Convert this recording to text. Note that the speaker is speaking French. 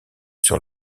sur